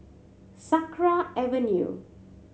Sakra Avenue